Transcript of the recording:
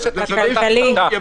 כלכלית.